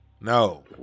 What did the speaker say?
No